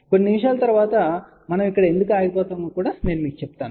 కొన్ని నిమిషాల తరువాత మనం ఇక్కడ ఎందుకు ఆగిపోతామో కూడా మీకు చెప్తాను